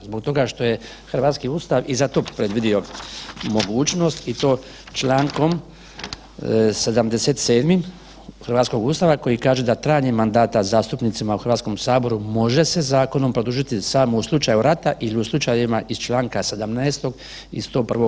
Zbog toga što je hrvatski Ustav i za to predvidio mogućnost i to čl. 77. hrvatskog Ustava koji kaže da „trajanje mandata zastupnicima u Hrvatskom saboru može se zakonom produžiti samo u slučaju rata ili u slučajevima iz čl. 17. i 101.